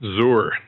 Zur